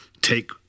take